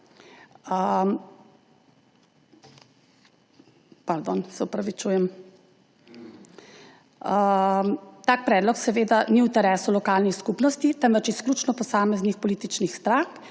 Tak predlog seveda ni v interesu lokalnih skupnosti, temveč izključno posameznih političnih strank,